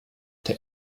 der